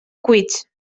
cuits